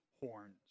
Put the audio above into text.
horns